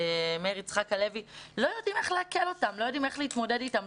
מאיר יצחק הלוי לא יודעים איך לעכל אותם ולא יודעים איך להתמודד אתם,